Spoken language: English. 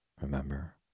remember